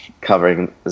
covering